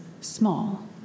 small